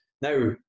Now